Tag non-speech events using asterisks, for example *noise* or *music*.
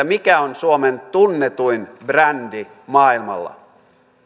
*unintelligible* mikä on suomen tunnetuin brändi maailmalla